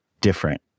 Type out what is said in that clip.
different